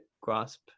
grasp